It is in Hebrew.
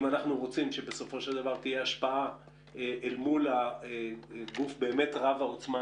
אם אנחנו רוצים שבסופו של דבר תהיה השפעה אל מול הגוף רב העוצמה